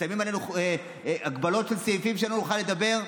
שמים עלינו הגבלות של סעיפים שלא נוכל לדבר.